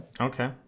Okay